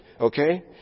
okay